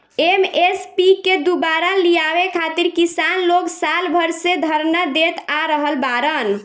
MSP के दुबारा लियावे खातिर किसान लोग साल भर से धरना देत आ रहल बाड़न